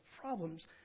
problems